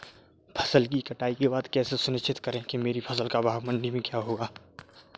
फसल की कटाई के बाद कैसे सुनिश्चित करें कि मेरी फसल का भाव मंडी में क्या होगा?